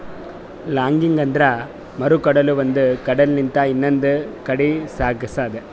logging ಅಂದ್ರ ಮರ ಕಡದು ಒಂದ್ ಕಡಿಲಿಂತ್ ಇನ್ನೊಂದ್ ಕಡಿ ಸಾಗ್ಸದು